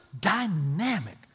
dynamic